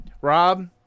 Rob